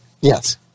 Yes